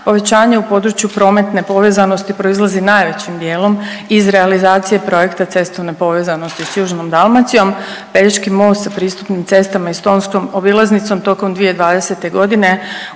Povećanje u području prometne povezanosti proizlazi najvećim dijelom iz realizacije projekta cestovne povezanosti s južnom Dalmacijom, Pelješki most sa pristupnim cestama i stonskom obilaznicom tokom 2020. godine